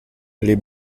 les